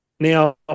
Now